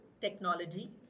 technology